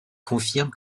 confirme